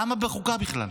למה בחוקה בכלל?